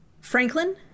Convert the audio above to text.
franklin